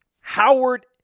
Howard